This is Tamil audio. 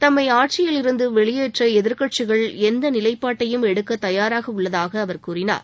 தம்மை ஆட்சியில் இருந்து வெளியேற்ற எதிர்க்கட்சிகள் எந்த நிலைபாட்டையும் எடுக்க தயாராக உள்ளதாக அவர் கூறினார்